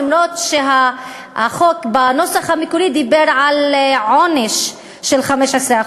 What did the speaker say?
אף-על-פי שהחוק בנוסח המקורי דיבר על עונש של 15%,